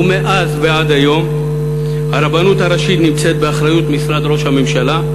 ומאז ועד היום הרבנות הראשית נמצאת באחריות משרד ראש הממשלה,